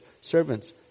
servants